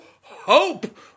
Hope